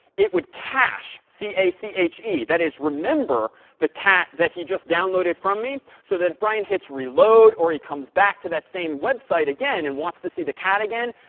it would cache c a c h e that is, remember the cat that he just downloaded from me so that if brian hits reload or he comes back to that same website again and wants to see the cat again,